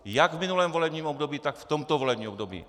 Jak v minulém volebním období, tak v tomto volebním období.